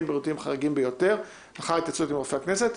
בריאותיים חריגים ביותר לאחר התייעצות עם רופא הכנסת.